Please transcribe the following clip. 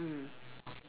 mm